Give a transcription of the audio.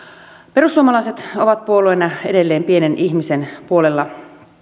perussuomalaiset ovat puolueena edelleen pienen ihmisen puolella